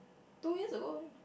two years ago